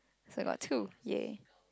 so got two yeah